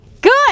Good